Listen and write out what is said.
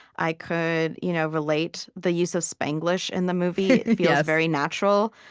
i could you know relate. the use of spanglish in the movie feels very natural.